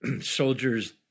soldiers